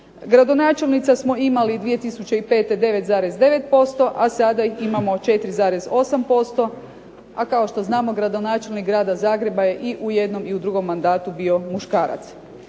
Gradonačelnica smo imali 2005. 9,9% a sada ih imamoi 4,8%, a kao što znamo gradonačelnik Grada Zagreba je i u jednom i u drugom mandatu bio muškarac.